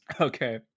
okay